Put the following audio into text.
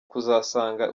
kuzasanga